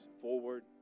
forward